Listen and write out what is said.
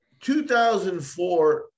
2004